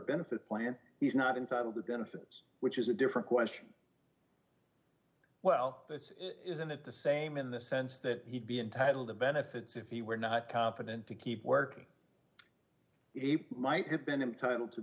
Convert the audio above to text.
benefit plan he's not entitled to benefits which is a different question well that's it isn't it the same in the sense that he'd be entitled to benefits if he were not competent to keep working he might have been entitled to